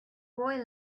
boy